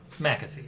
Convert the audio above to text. McAfee